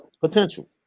Potential